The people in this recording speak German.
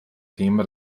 thema